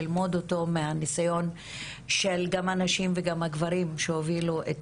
ללמוד אותו מהניסיון של גם הנשים וגם הגברים שהובילו את